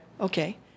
Okay